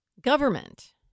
government